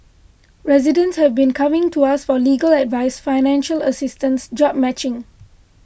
residents have been coming to us for legal advice financial assistance job matching